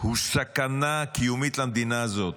הוא סכנה קיומית למדינה הזאת: